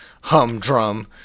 Humdrum